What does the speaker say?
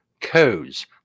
codes